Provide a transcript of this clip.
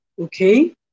Okay